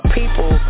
people